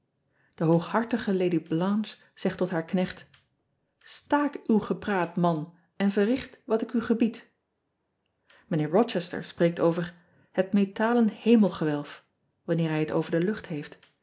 e hooghartige ady lanche zegt tot haar knecht ean ebster adertje angbeen tack uw gepraat man en verricht wat ik u gebied ijnheer ochester spreekt over het metalen hemelgewelf wanneer hij het over de lucht heeft